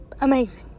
amazing